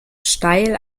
steil